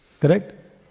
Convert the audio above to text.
Correct